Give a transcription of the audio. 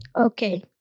Okay